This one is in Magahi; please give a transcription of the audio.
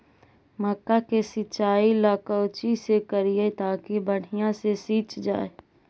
मक्का के सिंचाई ला कोची से करिए ताकी बढ़िया से सींच जाय?